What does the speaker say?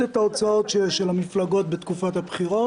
את ההוצאות של המפלגות בתקופת הבחירות,